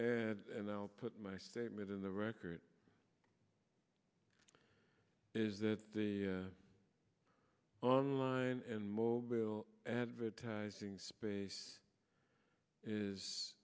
add and i'll put my statement in the record is that the online and mobile advertising space is